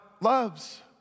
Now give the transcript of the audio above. loves